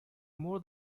more